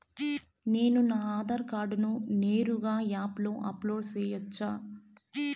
నేను నా ఆధార్ కార్డును నేరుగా యాప్ లో అప్లోడ్ సేయొచ్చా?